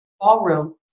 ballroom